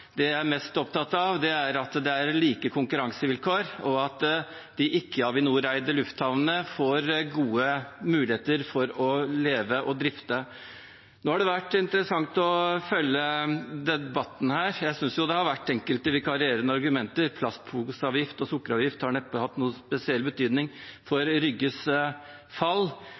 Det jeg er mest opptatt av, er at det er like konkurransevilkår, og at de ikke-Avinor-eide lufthavnene får gode muligheter for å leve og drifte. Det har vært interessant å følge debatten her. Jeg syns det har vært enkelte vikarierende argumenter. Plastposeavgift og sukkeravgift har neppe hatt noen spesiell betydning for Rygges fall.